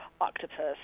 octopus